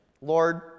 Lord